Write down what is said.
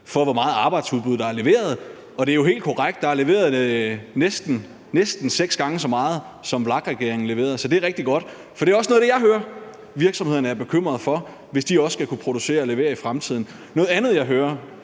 for, hvor meget arbejdsudbud der er leveret. Og det er jo helt korrekt – der er leveret næsten seks gange så meget, som VLAK-regeringen leverede. Så det er rigtig godt, for det er også noget af det, jeg hører virksomhederne er bekymret for, hvis de også skal kunne producere og levere i fremtiden. Noget andet, jeg hører